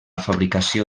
fabricació